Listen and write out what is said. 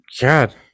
God